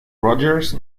rodgers